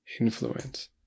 influence